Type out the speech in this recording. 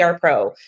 pro